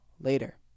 later